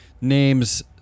names